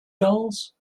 gulls